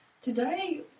Today